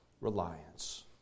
reliance